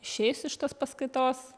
išėjus iš tos paskaitos